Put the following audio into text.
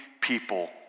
people